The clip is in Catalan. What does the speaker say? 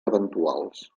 eventuals